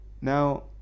Now